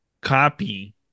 copy